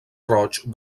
roig